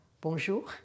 Bonjour